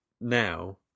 now